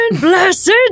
Blessed